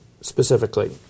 specifically